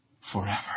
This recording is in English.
forever